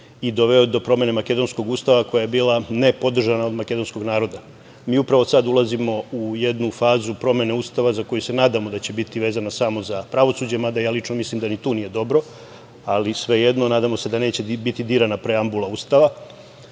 i doveo je do promene makedonskog Ustava, koji je bio ne podržana od makedonskog naroda. Mi upravo sad ulazimo u jednu fazu promene Ustava za koji se nadamo da će biti vezana samo za pravosuđe, mada ja lično mislim da ni tu nije dobro, ali svejedno, nadamo se da neće biti dirana preambula Ustava.U